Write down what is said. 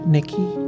Nikki